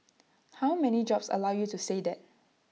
how many jobs allow you to say that